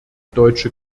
deutsche